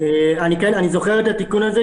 אני זוכר את התיקון הזה,